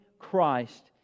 Christ